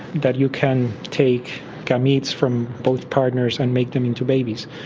that you can take gametes from both partners and make them into babies.